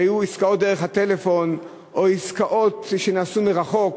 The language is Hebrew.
העסקאות היו דרך הטלפון או עסקאות שנעשו מרחוק,